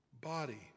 body